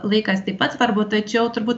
laikas taip pat svarbu tačiau turbūt